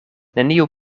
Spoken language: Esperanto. neniu